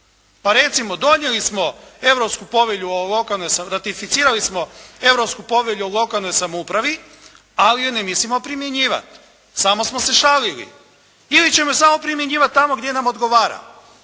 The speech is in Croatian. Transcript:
o lokalnoj, ratificirali smo Europsku povelju o lokalnoj samoupravi, ali je ne mislimo primjenjivati. Samo smo se šalili ili ćemo je samo primjenjivati tamo gdje nam odgovara.